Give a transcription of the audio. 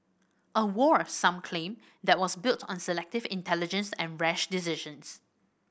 a war some claim that was built on selective intelligence and rash decisions